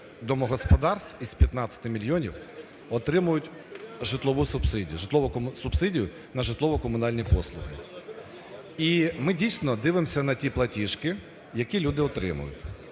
домогосподарств із 15 мільйонів отримують житлову субсидію, субсидію на житлово-комунальні послуги. І ми, дійсно, дивимося на ті платіжки, які люди отримують.